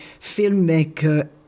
filmmaker